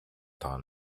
temps